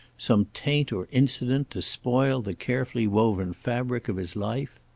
some taint or incident, to spoil the carefully woven fabric of his life?